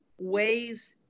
ways